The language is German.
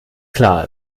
klar